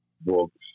books